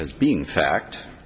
as being fact